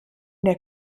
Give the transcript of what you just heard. der